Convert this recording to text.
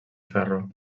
ferro